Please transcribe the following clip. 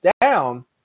down